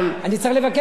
אני צריך לבקש.